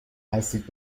هستید